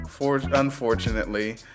unfortunately